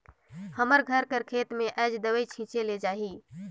हमर घर कर खेत में आएज दवई छींचे ले जाही